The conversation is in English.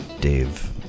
Dave